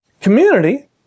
Community